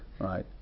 right